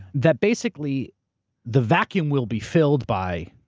that basically the vacuum will be filled by,